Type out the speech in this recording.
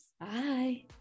Bye